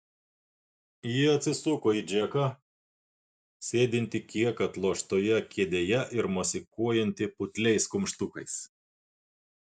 ji atsisuko į džeką sėdintį kiek atloštoje kėdėje ir mosikuojantį putliais kumštukais